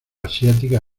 asiática